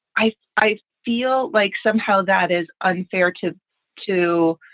i i feel like somehow that is unfair to to.